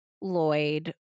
Lloyd